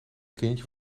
kindje